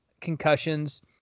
concussions –